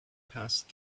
past